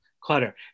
clutter